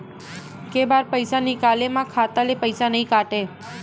के बार पईसा निकले मा खाता ले पईसा नई काटे?